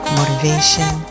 motivation